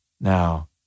now